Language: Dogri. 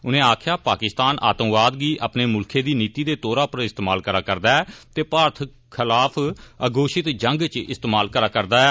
उनें आक्खेआ पाकिस्तान आतंकवाद गी अपने मुल्खै दी नीति दे तौर इस्तेमाल करा'रदा ऐ ते भारत खलाफ अघोषित जंग च इस्तेमाल करा'रदा ऐ